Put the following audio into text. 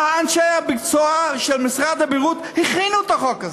ואנשי המקצוע של משרד הבריאות הכינו את החוק הזה.